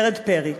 ורד פרי,